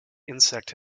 insect